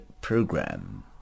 program